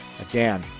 Again